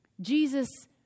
Jesus